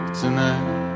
tonight